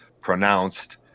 pronounced